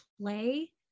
play